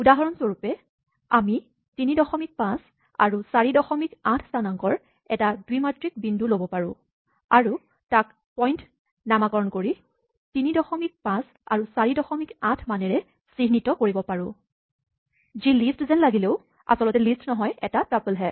উদাহৰণ স্বৰূপে আমি ৩৫ আৰু ৪৮ স্হানাংকৰ এটা দ্বিমাত্ৰিক বিন্দু ল'ব পাৰো আৰু তাক পইন্ট নামাকৰণ কৰি ৩৫ আৰু ৪৮ মানেৰে চিহ্নিত কৰিব পাৰো যি লিষ্ট যেন লাগিলেও আচলতে লিষ্ট নহয় এটা টাপল্ হে